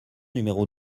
numéro